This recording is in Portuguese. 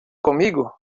comigo